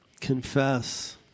confess